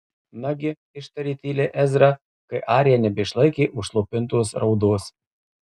nagi ištarė tyliai ezra kai arija nebeišlaikė užslopintos raudos